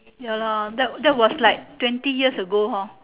ya lor that that was like twenty years ago hor